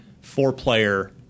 four-player